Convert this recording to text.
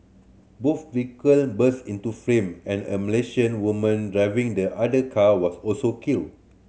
both vehicle burst into flame and a Malaysian woman driving the other car was also killed